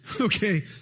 okay